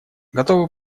готовы